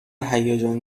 هیجان